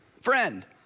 Friend